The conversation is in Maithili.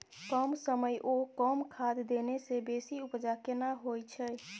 कम समय ओ कम खाद देने से बेसी उपजा केना होय छै?